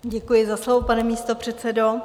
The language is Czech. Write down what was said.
Děkuji za slovo, pane místopředsedo.